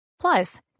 Plus